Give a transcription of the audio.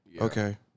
Okay